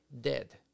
dead